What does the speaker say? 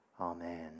Amen